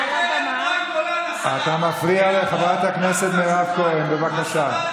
אנחנו אשמים שלא החלפנו את בית המשפט והאליטות לפני 20